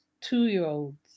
two-year-olds